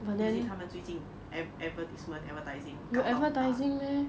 is it 他们最近 adver~ advertisement advertising 搞到很大